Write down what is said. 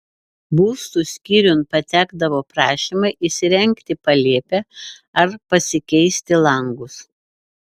būstų skyriun patekdavo prašymai įsirengti palėpę ar pasikeisti langus